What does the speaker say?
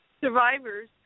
survivors